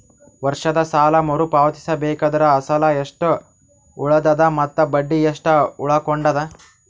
ವರ್ಷದ ಸಾಲಾ ಮರು ಪಾವತಿಸಬೇಕಾದರ ಅಸಲ ಎಷ್ಟ ಉಳದದ ಮತ್ತ ಬಡ್ಡಿ ಎಷ್ಟ ಉಳಕೊಂಡದ?